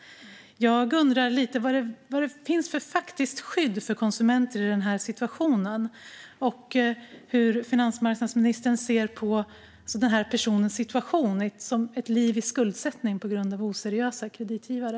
Jag undrar vad det finns för faktiskt skydd för konsumenter i den situationen och hur finansmarknadsministern ser på den här personens situa-tion med ett liv i skuldsättning på grund av oseriösa kreditgivare.